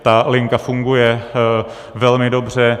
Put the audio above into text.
Ta linka funguje velmi dobře.